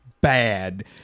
Bad